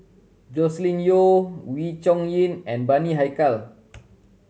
Joscelin Yeo Wee Chong Jin and Bani Haykal